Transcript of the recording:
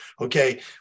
okay